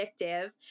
addictive